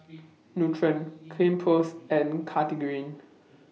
Nutren Cleanz Plus and Cartigain